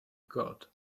god